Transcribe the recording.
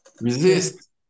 Resist